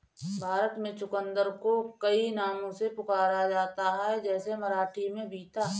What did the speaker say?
भारत में चुकंदर को कई नामों से पुकारा जाता है जैसे मराठी में बीता